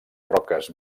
roques